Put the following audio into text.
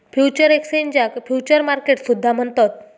futures एक्सचेंजाक futures market सुद्धा म्हणतत